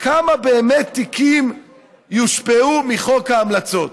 כמה תיקים באמת יושפעו מחוק ההמלצות?